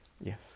Yes